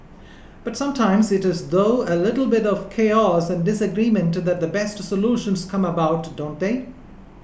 but sometimes it is through a little bit of chaos and disagreement that the best solutions come about don't they